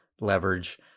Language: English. leverage